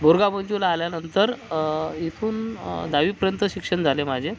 बोरगाव मंजूला आल्यानंतर इथून दहावीपर्यंत शिक्षण झाले माझे